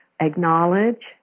acknowledge